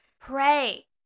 pray